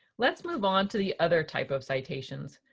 let's move on to the other type of citations,